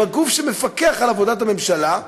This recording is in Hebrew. בגוף שמפקח על עבודת הממשלה,